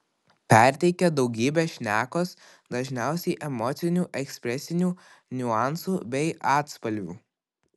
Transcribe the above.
perteikia daugybę šnekos dažniausiai emocinių ekspresinių niuansų bei atspalvių